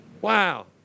Wow